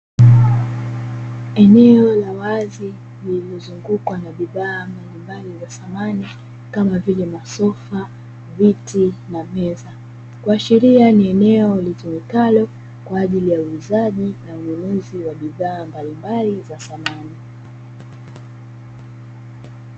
Eneo la wazi lilozungukwa na bidhaa mbalimbali za samani kama vile viti meza makabati linalotumikwa kwaajili ya mauzo ya bidhaa hizo